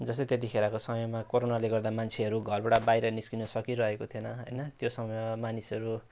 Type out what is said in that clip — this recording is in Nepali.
जसले त्यतिखेरको समयमा कोरोनाले गर्दा मान्छेहरू घरबाट बाहिर निस्कनु सकिरहेको थिएन होइन त्यो समयमा मानिसहरू